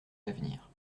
l’avenir